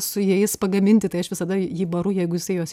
su jais pagaminti tai aš visada jį baru jeigu jisai juos